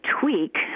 tweak